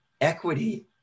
equity